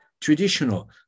traditional